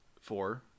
four